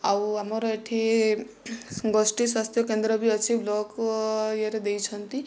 ଓ ଆମର ଏଠି ଗୋଷ୍ଠୀ ସ୍ୱାସ୍ଥ୍ୟ କେନ୍ଦ୍ର ବି ଅଛି ବ୍ଲକ ରେ ଦେଇଛନ୍ତି